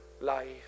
life